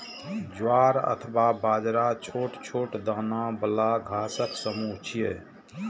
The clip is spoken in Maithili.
ज्वार अथवा बाजरा छोट छोट दाना बला घासक समूह छियै